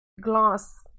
glass